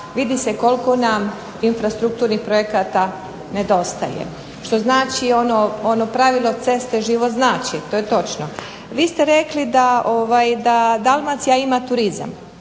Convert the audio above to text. vidi se koliko nam infrastrukturnih projekata nedostaje što znači ono pravilo "Cesta život znači", to je točno. Vi ste rekli da Dalmacija ima turizam,